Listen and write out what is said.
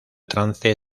trance